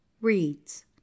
reads